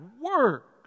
work